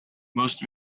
most